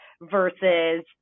versus